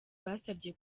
basabye